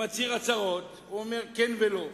ומצהיר הצהרות ואומר "כן" ו"לא".